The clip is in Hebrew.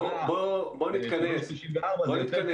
בוא נתקדם.